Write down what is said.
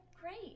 great